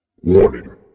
Warning